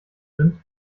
rind